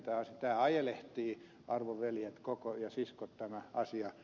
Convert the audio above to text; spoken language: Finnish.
tämä ajelehtii arvon veljet ja siskot tämä asia